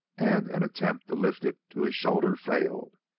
and an attempt to lift it to his shoulder failed.